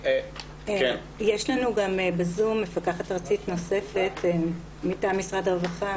יש לנו בזום מפקחת ארצית נוספת מטעם משרד הרווחה,